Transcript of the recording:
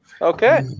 Okay